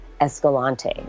Escalante